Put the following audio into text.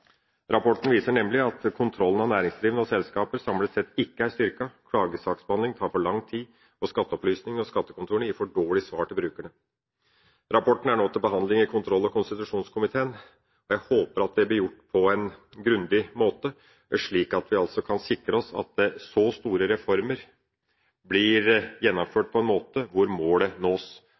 Rapporten viser nemlig at kontrollen av næringsdrivende og selskaper samlet sett ikke er styrket, klagesaksbehandling tar for lang tid, og skatteopplysning og skattekontorene gir for dårlige svar til brukerne. Rapporten er nå til behandling i kontroll- og konstitusjonskomiteen, og jeg håper at det blir gjort på en grundig måte, slik at vi kan sikre oss at så store reformer blir gjennomført på en slik måte at målet nås.